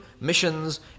missions